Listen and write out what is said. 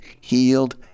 healed